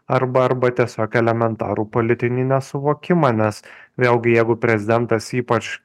arba arba tiesiog elementarų politinį nesuvokimą nes vėlgi jeigu prezidentas ypač